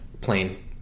plain